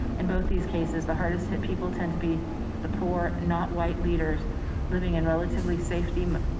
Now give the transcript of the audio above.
in both these cases, the hardest hit people tend to be the poor, not white leaders living in relatively safety. um